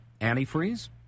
antifreeze